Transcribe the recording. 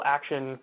Action